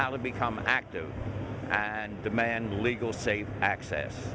how to become active and demand legal safe access